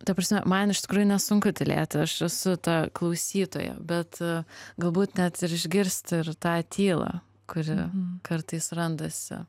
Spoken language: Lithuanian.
ta prasme man iš tikrųjų nesunku tylėti aš esu ta klausytoja bet galbūt net ir išgirst ir tą tylą kuri kartais randasi